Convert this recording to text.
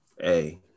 Hey